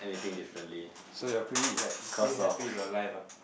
so you are pretty like pretty happy with your life ah